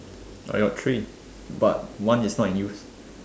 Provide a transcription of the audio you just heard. I got three but one is not in use